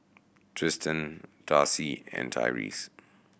Tristen Darcie and Tyreese